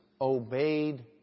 obeyed